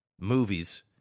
movies